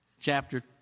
chapter